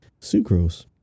sucrose